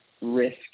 risk